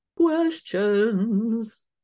Questions